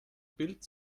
bild